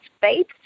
faith